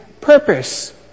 purpose